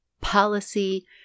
policy